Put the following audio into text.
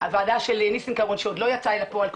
הוועדה של ניסנקורן שעוד לא יצאה אל הפועל,